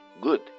Good